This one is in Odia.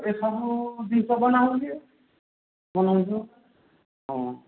ଏ ସବୁ ଜିନିଷ ବନା ହେଉଛି ଭଲ ଜିନିଷ ହଁ